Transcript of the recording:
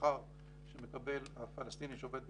השכר שמקבל הפלסטיני שעובד בישראל,